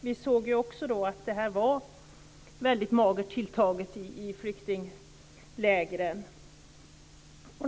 Vi såg också att det var väldigt magert tilltaget i flyktinglägren.